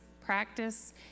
practice